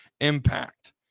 impact